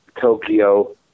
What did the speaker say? Tokyo